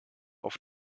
auf